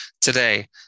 today